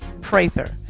Prather